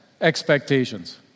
expectations